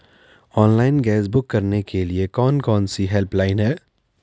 Online gas book करने के लिए कौन कौनसी हेल्पलाइन हैं?